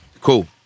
Cool